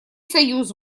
союз